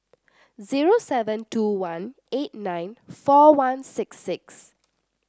zero seven two one eight nine four one six six